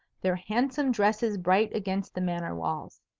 their handsome dresses bright against the manor walls.